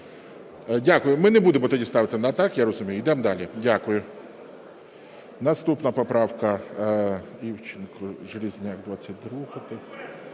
Дякую. Ми не будемо тоді ставити, так я розумію. Йдемо далі. Дякую. Наступна поправка